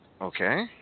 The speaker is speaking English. Okay